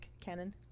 canon